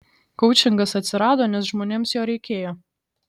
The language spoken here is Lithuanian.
koučingas atsirado nes žmonėms jo reikėjo